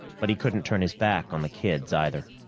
but he couldn't turn his back on the kids, either.